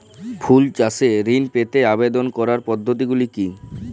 ফুল চাষে ঋণ পেতে আবেদন করার পদ্ধতিগুলি কী?